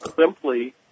simply